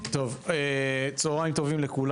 אני מתכבד לפתוח את ישיבת ועדת העלייה,